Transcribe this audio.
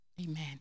Amen